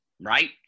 right